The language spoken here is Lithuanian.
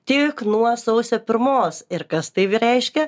tik nuo sausio pirmos ir kas tai reiškia